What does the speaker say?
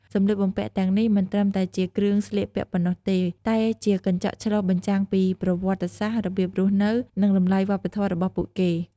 សម្លៀកបំពាក់ទាំងនេះមិនត្រឹមតែជាគ្រឿងស្លៀកពាក់ប៉ុណ្ណោះទេ តែជាកញ្ចក់ឆ្លុះបញ្ចាំងពីប្រវត្តិសាស្ត្រ របៀបរស់នៅ និងតម្លៃវប្បធម៌របស់ពួកគេ។